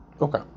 Okay